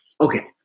Okay